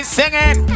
singing